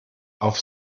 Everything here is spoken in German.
auf